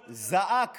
"את הכול", זעק